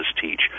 teach